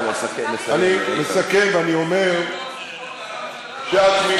אני מסכם ואני אומר שהתמיכה,